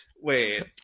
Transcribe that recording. Wait